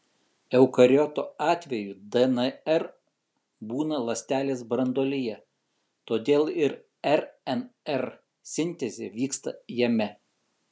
eukariotų atveju dnr būna ląstelės branduolyje todėl ir rnr sintezė vyksta jame